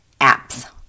apps